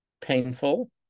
painful